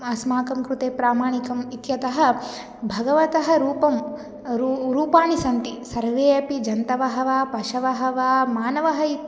अस्माकं कृते प्रामाणिकम् इत्यतः भगवतः रूपं रू रूपाणि सन्ति सर्वेपि जन्तवः वा पशवः वा मानवः इ